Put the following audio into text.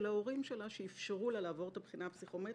ההורים שלה שאפשרו לה לעבור את הבחינה הפסיכומטרית.